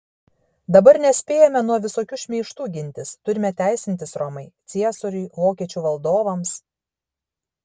dabar nespėjame nuo visokių šmeižtų gintis turime teisintis romai ciesoriui vokiečių valdovams